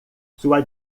sua